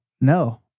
No